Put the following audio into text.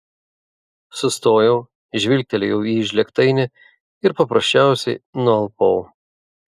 sustojau žvilgtelėjau į žlėgtainį ir paprasčiausiai nualpau